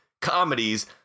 comedies